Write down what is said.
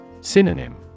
Synonym